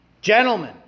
Gentlemen